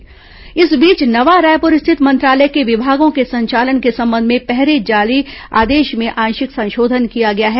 मंत्रालय आदेश इस बीच नवा रायपुर स्थित मंत्रालय के विभागों के संचालन के संबंध में पहले जारी आदेश में आंशिक संशोधन किया गया है